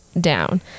down